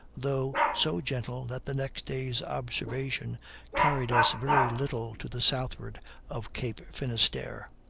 though so gentle that the next day's observation carried us very little to the southward of cape finisterre.